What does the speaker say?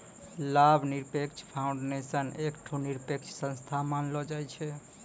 लाभ निरपेक्ष फाउंडेशन एकठो निरपेक्ष संस्था मानलो जाय छै